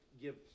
give